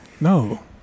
No